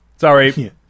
sorry